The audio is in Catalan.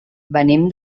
venim